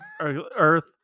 Earth